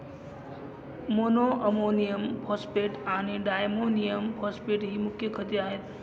monoammonium phosphate आणि diammonium phosphate ही मुख्य खते आहेत